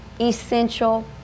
essential